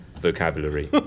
vocabulary